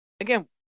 again